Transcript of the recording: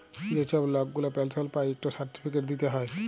যে ছব লক গুলা পেলশল পায় ইকট সার্টিফিকেট দিতে হ্যয়